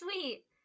sweet